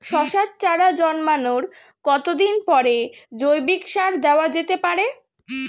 শশার চারা জন্মানোর কতদিন পরে জৈবিক সার দেওয়া যেতে পারে?